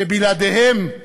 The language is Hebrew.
שבלעדיהם אַין.